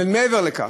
ומעבר לכך,